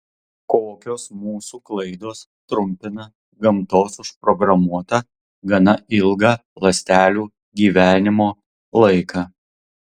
kokios mūsų klaidos trumpina gamtos užprogramuotą gana ilgą ląstelių gyvenimo laiką